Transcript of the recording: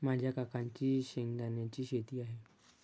माझ्या काकांची शेंगदाण्याची शेती आहे